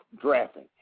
drafting